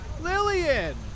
Lillian